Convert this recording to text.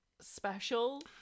special